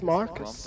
Marcus